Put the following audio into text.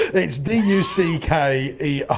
it's d u c k e r.